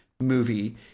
movie